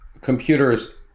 computers